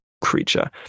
creature